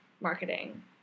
marketing